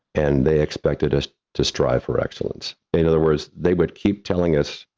and they expected us to strive for excellence. in other words, they would keep telling us,